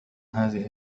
هذه